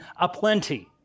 aplenty